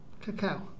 Cacao